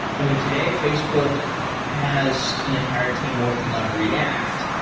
i mean, today facebook has an entire team working on react.